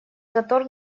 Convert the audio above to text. затор